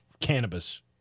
cannabis